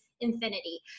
infinity